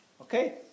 Okay